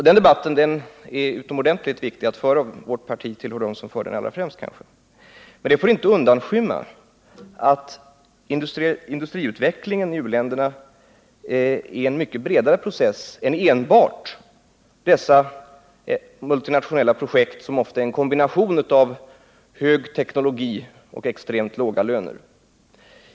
Den debatten är utomordentligt viktig att föra, och vårt parti tillhör dem som kanske främst för den. Men det får inte undanskymma att industriutvecklingen i u-länderna är en mycket bredare process än enbart dessa multinationella projekt, som ofta är en kombination av hög teknologi och extremt låga löner.